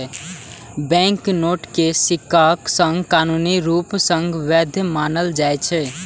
banknote कें सिक्काक संग कानूनी रूप सं वैध मानल जाइ छै